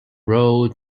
road